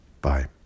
Bye